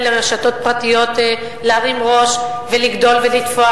לרשתות פרטיות להרים ראש ולגדול ולתפוח,